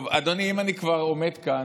טוב, אדוני, אם אני כבר עומד כאן,